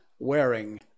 wearing